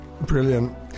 Brilliant